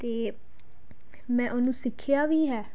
ਅਤੇ ਮੈਂ ਉਹਨੂੰ ਸਿੱਖਿਆ ਵੀ ਹੈ